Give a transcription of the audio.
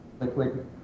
liquid